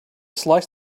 slice